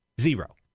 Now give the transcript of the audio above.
Zero